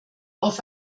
auf